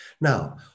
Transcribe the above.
Now